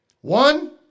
One